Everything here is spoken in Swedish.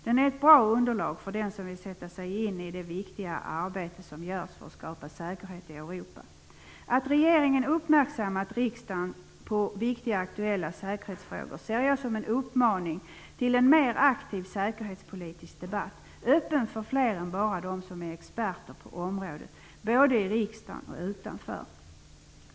Den är ett bra underlag för den som vill sätta sig in i det viktiga arbete som görs för att skapa säkerhet i Europa. Att regeringen uppmärksammat riksdagen på viktiga aktuella säkerhetsfrågor ser jag som en uppmaning till en mer aktiv säkerhetspolitisk debatt, öppen för fler än bara dem som är experter på området, både i och utanför riksdagen.